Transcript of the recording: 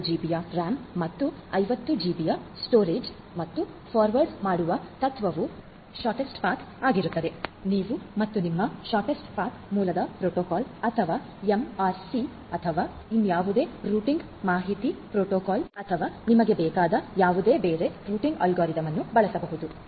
5 GB ಮತ್ತು 50 GB ಸಂಗ್ರಹಣೆ ಮತ್ತು ಫಾರ್ವರ್ಡ್ ಮಾಡುವ ತತ್ವವು ಶೊರ್ಟ್ಸ್ಟ್ ಪಥ ಆಗಿರುತದೆ ನೀವು ಮತ್ತು ನಿಮ್ಮ ಶೊರ್ಟ್ಸ್ಟ್ ಪಥ ಮೊದಲ ಪ್ರೋಟೋಕಾಲ್ ಅಥವಾ ಎಮ್ಆರ್ಸಿ ಅಥವಾ ಇನ್ನಾವುದೇ ರೂಟಿಂಗ್ ಮಾಹಿತಿ ಪ್ರೋಟೋಕಾಲ್ ಅಥವಾ ನಿಮಗೆ ಬೇಕಾದ ಯಾವುದೇ ಬೇರೆ ರೂಟಿಂಗ್ ಅಲ್ಗಾರಿದಮ್ ಅನ್ನು ಬಳಸಬಹುದು